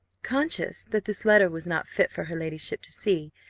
conscious that this letter was not fit for her ladyship to see,